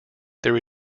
there